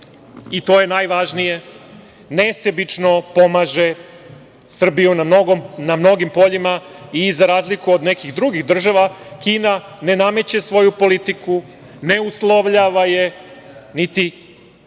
i to je najvažnije, nesebično pomaže Srbiju na mnogim poljima i za razliku od nekih drugih država Kina ne nameće svoju politiku, ne uslovljava je, niti